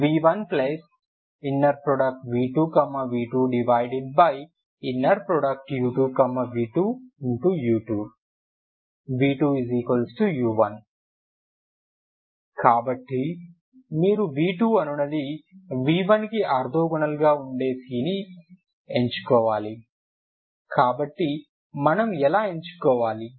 v2v1v2v2u2v2 u2 v2u1 కాబట్టి మీరు v2అనునది v1కి ఆర్తోగోనల్గా ఉండే విధంగా c ని ఎంచుకోవాలి కాబట్టి దానిని మనము ఎలా ఎంచుకోవాలి